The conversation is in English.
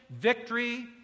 victory